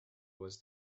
was